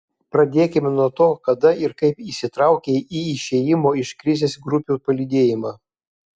pradėkime nuo to kada ir kaip įsitraukei į išėjimo iš krizės grupių palydėjimą